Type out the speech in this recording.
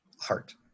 heart